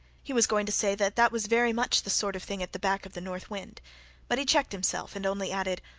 he was going to say that that was very much the sort of thing at the back of the north wind but he checked himself and only added,